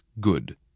good